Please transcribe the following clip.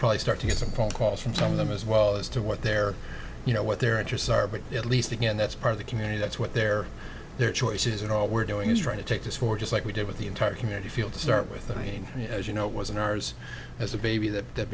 probably start to get support calls from some of them as well as to what their you know what their interests are but at least again that's part of the community that's what they're there choices and all we're doing is trying to take this for just like we did with the entire community feel to start with that i mean as you know it was in ours as a baby that that